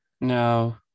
No